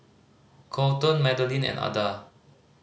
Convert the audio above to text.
Kolton Madelyn and Ada